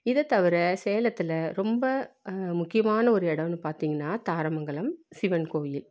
இதை தவிர சேலத்தில் ரொம்ப முக்கியமான ஒரு இடம்னு பார்த்திங்கனா தாரமங்கலம் சிவன் கோவில்